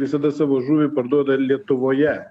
visada savo žuvį parduoda lietuvoje